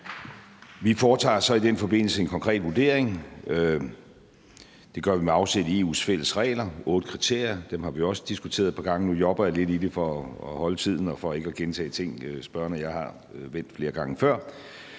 Vi foretager så i den forbindelse en konkret vurdering. Det gør vi med afsæt i EU's fælles regler; der er otte kriterier, og dem har vi også diskuteret et par gange – nu japper jeg lidt i det for at holde tiden og for ikke at gentage ting, spørgeren og jeg har vendt flere gange før.